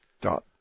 Dot